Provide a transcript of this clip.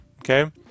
okay